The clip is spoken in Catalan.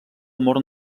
amor